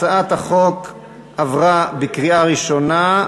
הצעת החוק עברה בקריאה ראשונה,